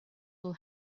will